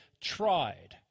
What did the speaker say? tried